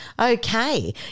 Okay